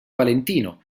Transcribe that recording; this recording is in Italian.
valentino